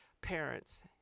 parents